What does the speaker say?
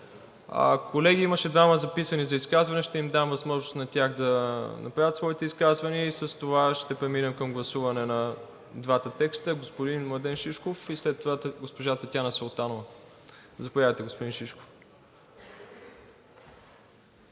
Колеги, имаше двама записани за изказване. Ще им дам възможност да направят своите изказвания и след това ще преминем към гласуване на двата текста. Господин Младен Шишков и след това госпожа Татяна Султанова. Заповядате, господин Шишков.